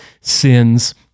sins